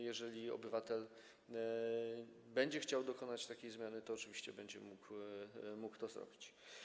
Jeżeli obywatel będzie chciał dokonać takiej zmiany, to oczywiście będzie mógł to zrobić.